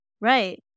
right